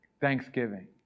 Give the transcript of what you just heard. Thanksgiving